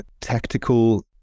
tactical